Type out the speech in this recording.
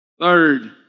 Third